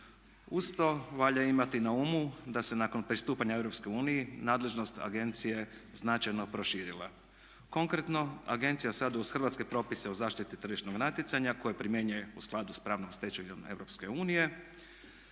Uz to valja imati na umu da se nakon pristupanja EU nadležnost agencije značajno proširila. Konkretno agencija sada uz hrvatske propise o zaštiti tržišnog natjecanja koje primjenjuje u skladu sa pravnom stečevinom EU